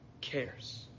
cares